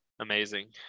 amazing